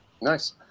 nice